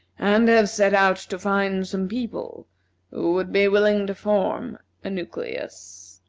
and have set out to find some people who would be willing to form a nucleus.